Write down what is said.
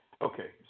Okay